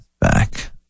back